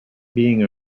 being